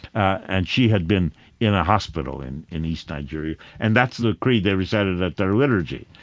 and she had been in a hospital in in east nigeria, and that's the creed they recited at their liturgy.